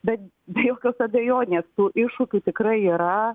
bet be jokios abejonės tų iššūkių tikrai yra